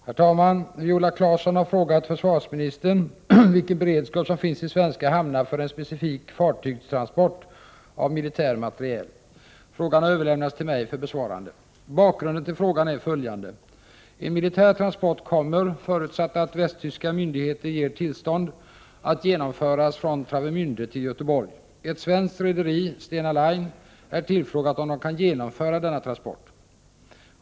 Herr talman! Viola Claesson har frågat försvarsministern vilken beredskap som finns i svenska hamnar för en specifik fartygstransport av militär materiel. Frågan har överlämnats till mig för besvarande. Bakgrunden till frågan är följande. En militär transport kommer — förutsatt att västtyska myndigheter ger tillstånd — att genomföras från Travemände till Göteborg. Ett svenskt rederi, Stena Line, är tillfrågat om det kan genomföra denna transport.